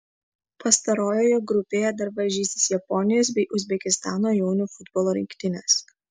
pastarojoje grupėje dar varžysis japonijos bei uzbekistano jaunių futbolo rinktinės